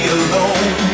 alone